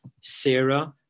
Sarah